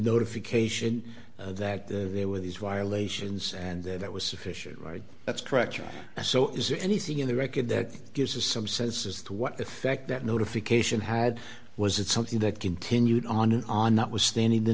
notification that there were these violations and that it was sufficient that's correct so is there anything in the record that gives you some sense as to what effect that notification had was that something that continued on and on that was standing the